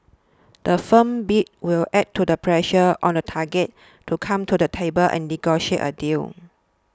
the firm bid will add to the pressure on the target to come to the table and negotiate a deal